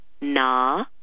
na